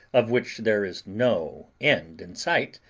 of which there is no end in sight,